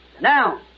Now